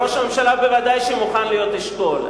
ראש הממשלה בוודאי מוכן להיות אשכול,